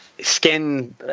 skin